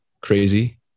crazy